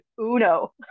Uno